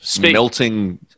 Melting